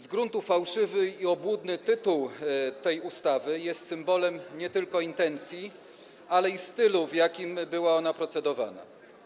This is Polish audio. Z gruntu fałszywy i obłudny tytuł tej ustawy jest symbolem nie tylko intencji, ale i stylu, w jakim była ona procedowana.